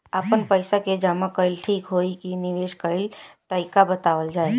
आपन पइसा के जमा कइल ठीक होई की निवेस कइल तइका बतावल जाई?